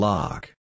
Lock